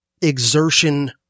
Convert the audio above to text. exertion